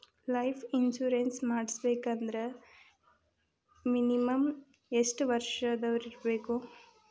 Life insurance ಮಾಡ್ಸ್ಬೇಕಂದ್ರ minimum ಯೆಷ್ಟ್ ವರ್ಷ ದವ್ರಿರ್ಬೇಕು?